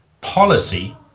policy